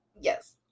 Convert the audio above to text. Yes